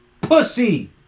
Pussy